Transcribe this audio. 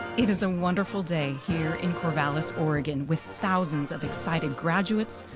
it is a wonderful day here in corvallis, oregon, with thousands of excited graduates,